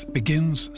begins